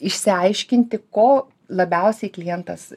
išsiaiškinti ko labiausiai klientas